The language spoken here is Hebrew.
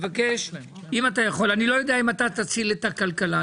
אני לא יודע אם אתה תציל את הכלכלה,